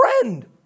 friend